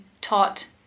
taught